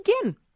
Again